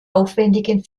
aufwändigen